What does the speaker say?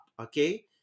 okay